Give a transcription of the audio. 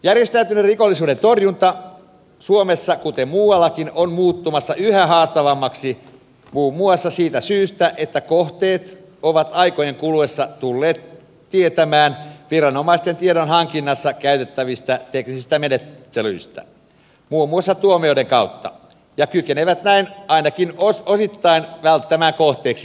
järjestäytyneen rikollisuuden torjunta suomessa kuten muuallakin on muuttumassa yhä haastavammaksi muun muassa siitä syystä että kohteet ovat aikojen kuluessa tulleet tietämään viranomaisten tiedonhankinnassa käytettävistä teknisistä menettelyistä muun muassa tuomioiden kautta ja kykenevät näin ainakin osittain välttämään kohteeksi joutumisen